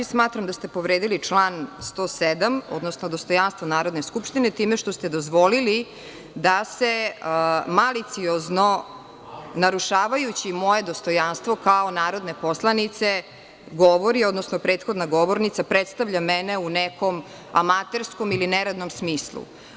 Smatram da ste povredili član 107. odnosno dostojanstvo Narodne skupštine time što ste dozvolili da se maliciozno, narušavajući moje dostojanstvo kao narodne poslanice govori, odnosno prethodna govornica predstavlja mene u nekom amaterskom ili neradnom smislu.